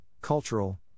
Cultural